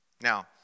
Now